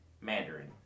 Mandarin